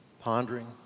pondering